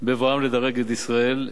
בבואן לדרג את ישראל.